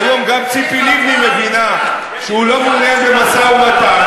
שהיום גם ציפי לבני מבינה שהוא לא מעוניין במשא-ומתן,